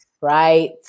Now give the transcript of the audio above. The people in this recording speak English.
right